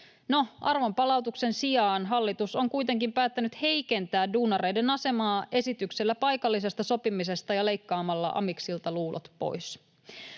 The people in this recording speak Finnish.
arvon palautuksen sijaan hallitus on kuitenkin päättänyt heikentää duunareiden asemaa esityksellä paikallisesta sopimisesta ja leikkaamalla amiksilta luulot pois.